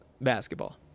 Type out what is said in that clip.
basketball